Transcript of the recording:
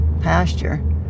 pasture